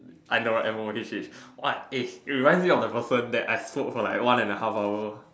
I know what this is what it reminds me of the purpose that I spoke for like one and a half hour